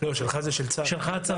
אצלך זה הצבא.